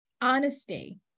honesty